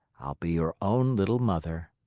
i'll be your own little mother.